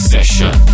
Session